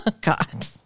God